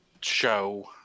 show